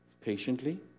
patiently